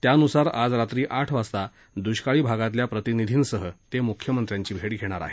त्यानुसार आज रात्री आठ वाजता दुष्काळी भागातील प्रतिनिधींसह ते मुख्यमंत्र्यांची भेट घेणार आहेत